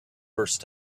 first